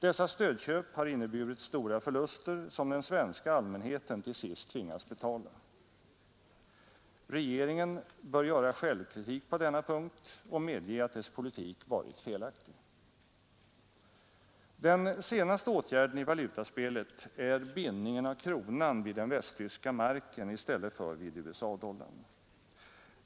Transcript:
Dessa stödköp har inneburit stora förluster som den svenska allmänheten till sist tvingas betala. Regeringen bör göra självkritik på denna punkt och medge att dess politik varit felaktig. Den senaste åtgärden i valutaspelet är bindningen av kronan vid den västtyska marken i stället för vid USA-dollarn.